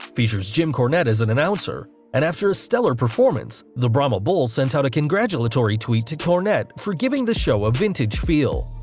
features jim cornette as an announcer and after a stellar performance, the brahma bull sent out a congratulatory tweet to cornette for giving the show a vintage feel.